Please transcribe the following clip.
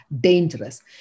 dangerous